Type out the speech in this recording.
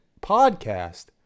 podcast